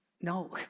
No